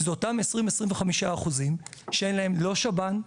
הם אותם 20-25% שאין להם לא שב"ן,